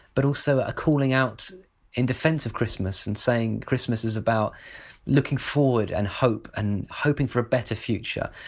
but also a calling out in defence of christmas and saying christmas is about looking forward, and hope, and hoping for a better future,